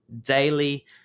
daily